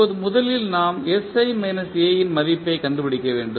இப்போது முதலில் நாம் sI A இன் மதிப்பைக் கண்டுபிடிக்க வேண்டும்